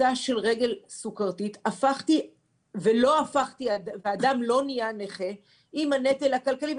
כריתה של רגל סוכרתית והאדם לא נהיה נכה עם הנטל הכלכלי,